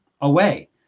away